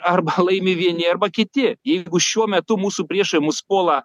arba laimi vieni arba kiti jeigu šiuo metu mūsų priešai mus puola